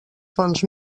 fonts